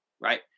right